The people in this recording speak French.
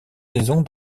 saisons